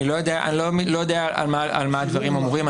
אני לא יודע על מה הדברים אמורים.